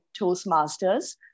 Toastmasters